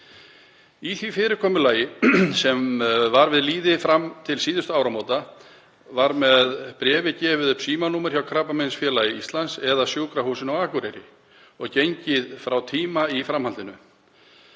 Í því fyrirkomulagi sem var við lýði fram til síðustu áramóta var með bréfi gefið upp símanúmer hjá Krabbameinsfélagi Íslands eða Sjúkrahúsinu á Akureyri og gengið frá tíma í framhaldinu.